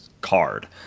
card